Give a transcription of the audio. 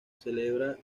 celebra